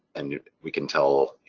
and we can tell, you